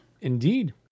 Indeed